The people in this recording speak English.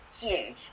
Huge